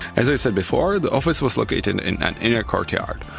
as i said before the office was located in an inner courtyard.